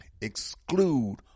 Exclude